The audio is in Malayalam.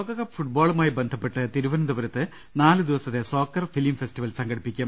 ലോകകപ്പ് ഫുട്ബോളുമായി ബന്ധപ്പെട്ട് തിരുവനന്തപുരത്ത് നാലു ദിവസത്തെ സോക്കർ ഫിലീം ഫെസ്റ്റിവൽ സംഘടിപ്പിക്കും